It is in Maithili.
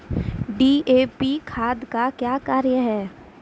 डी.ए.पी खाद का क्या कार्य हैं?